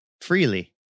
freely